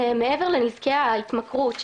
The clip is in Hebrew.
מעבר לנזקי ההתמכרות,